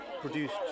produced